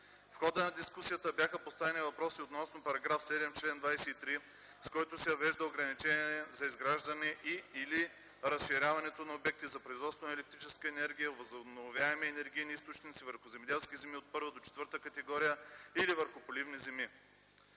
В хода на дискусията бяха поставени въпроси относно § 7, чл. 23, с който се въвежда ограничение за изграждането и/или разширяването на обекти за производство на електрическа енергия от възобновяеми енергийни източници върху земеделски земи от първа до четвърта категория или върху поливни земи.